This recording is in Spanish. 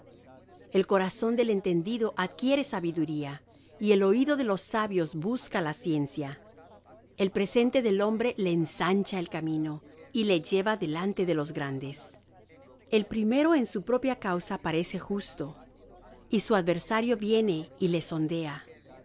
el corazón del entendido adquiere sabiduría y el oído de los sabios busca la ciencia el presente del hombre le ensancha el camino y le lleva delante de los grandes el primero en su propia causa parece justo y su adversario viene y le sondea